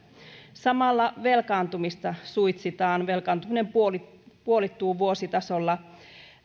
samalla velkaantumista suitsitaan velkaantuminen puolittuu vuositasolla